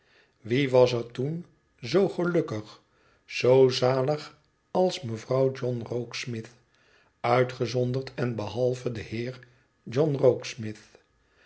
wie was er toen zoo gelukkig zoo zalig als mevrouw john rokesmith uitgezonderd en behalve de heer john